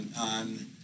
on